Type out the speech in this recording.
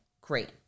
great